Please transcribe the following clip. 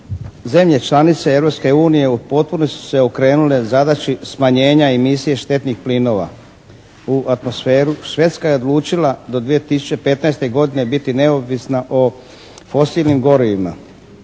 Europske unije u potpunosti su se okrenule zadaći smanjenja emisije štetnih plinova u atmosferu. Švedska je odlučila do 2015. godine biti neovisna o fosilnim gorivima.